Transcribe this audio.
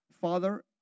Father